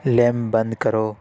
لیم بند کرو